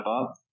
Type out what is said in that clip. up